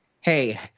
Hey